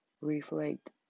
reflect